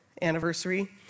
anniversary